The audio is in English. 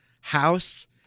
house